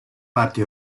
parti